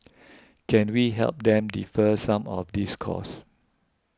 can we help them defer some of these costs